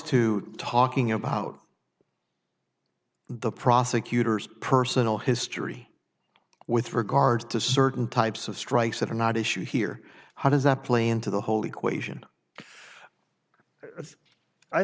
to talking about the prosecutor's personal history with regards to certain types of strikes that are not issue here how does that play into the whole equation